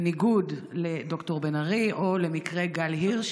בניגוד לד"ר בן ארי או למקרה גל הירש,